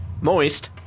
moist